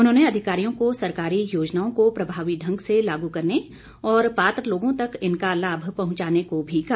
उन्होंने अधिकारियों को सरकारी योजनाओं को प्रभावी ढंग से लागू करने और पात्र लोगों तक इनका लाभ पहुंचाने को भी कहा